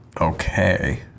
okay